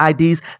IDs